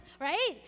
right